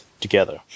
together